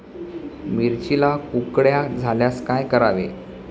मिरचीला कुकड्या झाल्यास काय करावे?